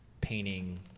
painting